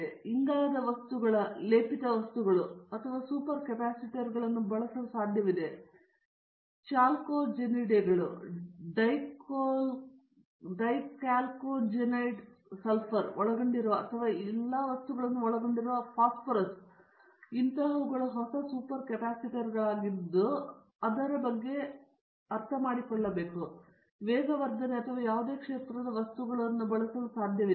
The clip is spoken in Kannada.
ಒಂದು ಇಂಗಾಲದ ವಸ್ತುಗಳು ಲೇಪಿತ ವಸ್ತುಗಳು ಒಂದು ಸೂಪರ್ ಕೆಪಾಸಿಟರ್ಗಳನ್ನು ಬಳಸಲು ಸಾಧ್ಯವಿದೆ ಆದರೆ ಚಾಲ್ಕೊಜೆನಿಡೆಗಳು ಡೈಕಾಲ್ಕೊಜೆನೈಡ್ಸ್ ಸಲ್ಫರ್ ಒಳಗೊಂಡಿರುವ ಅಥವಾ ಈ ಎಲ್ಲ ವಸ್ತುಗಳನ್ನೂ ಒಳಗೊಂಡಿರುವ ಫಾಸ್ಪರಸ್ ಹೊಸ ಸೂಪರ್ ಕ್ಯಾಪಾಸಿಟರ್ಗಳಾಗಿದ್ದು ನಾವು ಅದರ ಬಗ್ಗೆ ತೆಗೆದುಕೊಳ್ಳಲು ವೇಗವರ್ಧನೆಯ ಅಥವಾ ಯಾವುದೇ ಕ್ಷೇತ್ರದ ವಸ್ತುಗಳು ಸಾಧ್ಯವಿದೆ